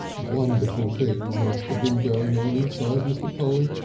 wonderful things must have been going on inside mr. polly.